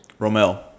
Romel